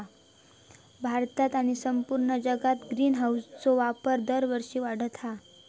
भारतात आणि संपूर्ण जगात ग्रीनहाऊसचो वापर दरवर्षी वाढता हा